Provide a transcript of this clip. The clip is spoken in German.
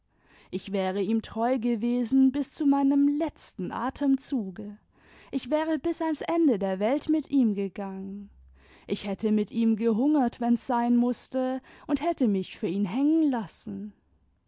ich wäre ihm treu gewesen bis zu meinem letzten atemzuge ich wäre bis ans ende der welt mit ihm gegangen ich hätte mit ihm gehungert wenn's sein mußte und hätte mich für ihn hängen lassen